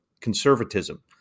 conservatism